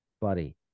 buddy